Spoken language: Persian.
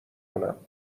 کنم